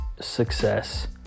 success